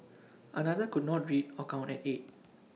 another could not read or count at eight